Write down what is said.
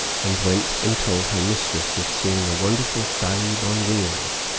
and went and told her mistress of seeing a wonderful sahib on wheels,